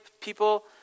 people